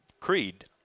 creed